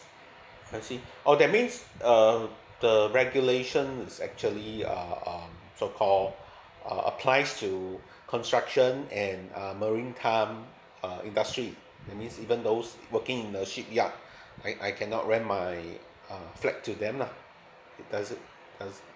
I see oh that means uh the regulation is actually uh um so called uh applies to construction and um marine time uh industry I mean even those working in the shipyard I I cannot rent my uh flat to them lah does it does it